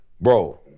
Bro